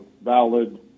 valid